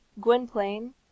Gwynplaine